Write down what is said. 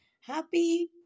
happy